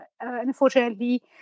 unfortunately